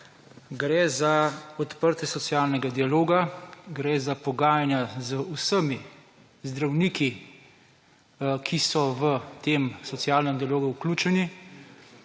Gre za odprtje socialnega dialoga, gre za pogajanja z vsemi zdravniki, ki so v tem socialnem dialogu vključeni